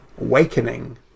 Awakening